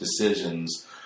decisions